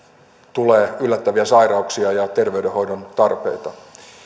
tulee yllättäviä sairauksia ja terveydenhoidon tarpeita